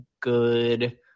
good